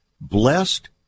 Blessed